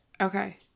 Okay